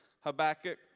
Habakkuk